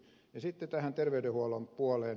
sitten tähän terveydenhuollon puoleen